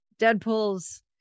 Deadpool's